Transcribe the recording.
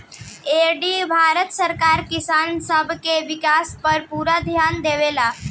ए घड़ी भारत सरकार किसान सब के विकास पर पूरा ध्यान देले बिया